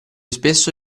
spesso